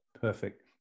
Perfect